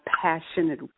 passionate